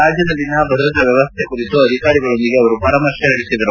ರಾಜ್ಗದಲ್ಲಿನ ಭದ್ರತಾ ವ್ಯವಸ್ಥೆಯ ಕುರಿತು ಅಧಿಕಾರಿಗಳೊಂದಿಗೆ ಅವರು ಪರಾಮರ್ಶೆ ನಡೆಸಿದರು